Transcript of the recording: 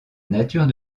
nature